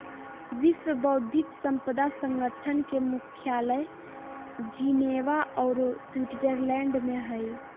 विश्व बौद्धिक संपदा संगठन के मुख्यालय जिनेवा औरो स्विटजरलैंड में हइ